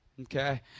Okay